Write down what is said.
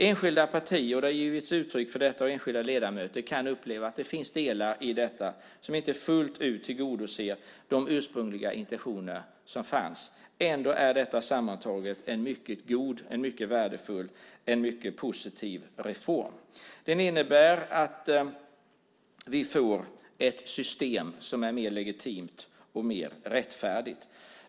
Enskilda partier - det har givits uttryck för detta - och enskilda ledamöter kan uppleva att det finns delar i detta som inte fullt ut tillgodoser de ursprungliga intentioner som fanns. Ändå är detta sammantaget en mycket god, mycket värdefull och mycket positiv reform. Den innebär att vi får ett system som är mer legitimt och mer rättfärdigt.